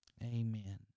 Amen